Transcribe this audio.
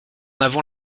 avons